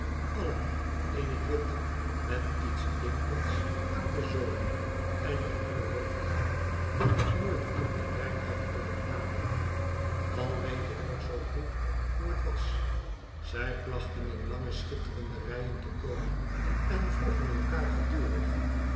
allen in het wit met iets blinkend aan de zoomen en op hunne hoofden dat ik nooit in mijn werk heb kunnen namaken al weet ik nog zoo goed hoe het was zij plachten in lange schitterende rijen te komen en vroeeen elkaar gedurig